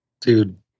Dude